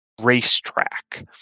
racetrack